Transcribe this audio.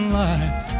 life